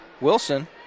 Wilson